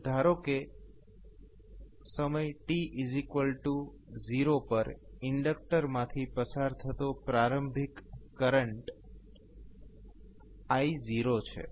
હવે ધારો કે t0 સમય પર ઇન્ડક્ટરમાંથી પસાર થતો પ્રારંભિક કરંટ I0 છે